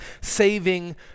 saving